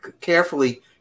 carefully